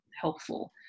helpful